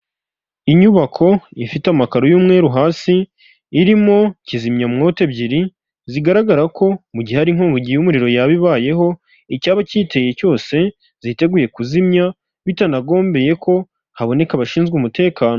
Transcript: Inyubako ifite amakaro y'umweru hasi, irimo kizimyamwoto ebyiri zigaragara ko mu gihe hari inkongi y'umuriro yaba ibayeho, icyaba kiyiteye cyose ziteguye kuzimya bitanagombeye ko haboneka abashinzwe umutekano.